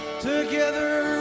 together